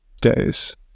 Days